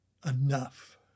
enough